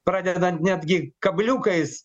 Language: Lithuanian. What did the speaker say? pradedant netgi kabliukais